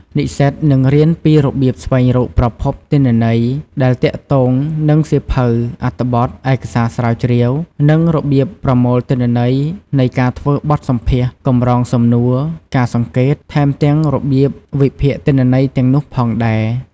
និស្សិតនឹងរៀនពីរបៀបស្វែងរកប្រភពទិន្នន័យដែលទាក់ទងនឹងសៀវភៅ អត្ថបទ ឯកសារស្រាវជ្រាវ និងរបៀបប្រមូលទិន្នន័យនៃការធ្វើបទសម្ភាសន៍ កម្រងសំណួរ ការសង្កេត ថែមទាំងរបៀបវិភាគទិន្នន័យទាំងនោះផងដែរ។